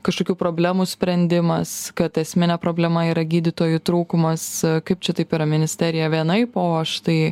kažkokių problemų sprendimas kad esminė problema yra gydytojų trūkumas kaip čia taip yra ministerija vienaip o štai